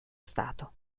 stato